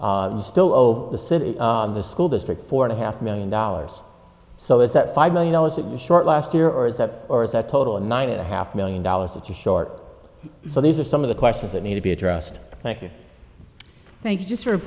know still owe the city of the school district four and a half million dollars so is that five million dollars at the short last year or is that or is that total of nine and a half million dollars that's a short so these are some of the questions that need to be addressed thank you thank you just for